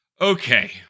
Okay